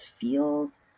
feels